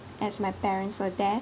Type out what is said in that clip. as my parents were there